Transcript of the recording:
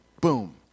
boom